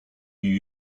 new